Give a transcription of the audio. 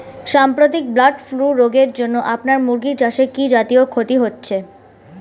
সাম্প্রতিক bird flu রোগের জন্য আপনার মুরগি চাষে কি জাতীয় ক্ষতি হয়েছে?